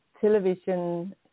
television